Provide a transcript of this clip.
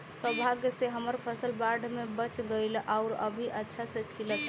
सौभाग्य से हमर फसल बाढ़ में बच गइल आउर अभी अच्छा से खिलता